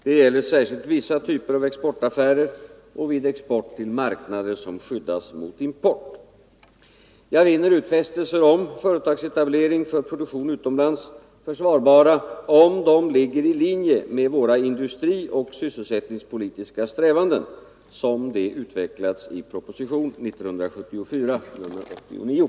Detta gäller särskilt vissa typer av exportaffärer och vid export till marknader som skyddas mot import. Jag finner utfästelser om företagsetablering för produktion utomlands försvarbara om de ligger i linje med våra industrioch sysselsättningspolitiska strävanden, som de utvecklats i propositionen 89 år 1974.